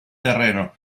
terreno